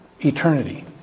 eternity